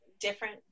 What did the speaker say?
different